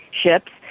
ships